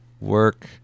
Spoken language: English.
work